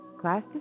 Class